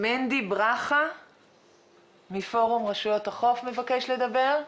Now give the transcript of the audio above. מודי ברכה מפורום רשויות החוף מבקש לדבר.